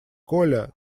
коля